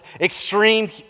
extreme